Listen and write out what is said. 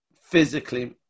physically